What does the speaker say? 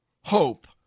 hope